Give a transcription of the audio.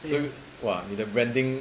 so !wah! 你的 branding